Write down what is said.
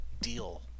deal